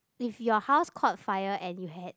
if your house caught fire and you had